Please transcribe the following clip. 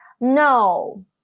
No